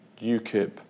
UKIP